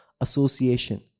association